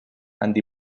andy